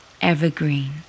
evergreen